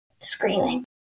screaming